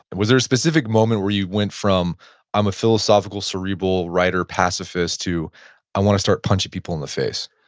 was there a specific moment where you went from i'm a philosophical, cerebral writer pacifist to i wanna start punching people in the face?